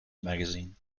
magazine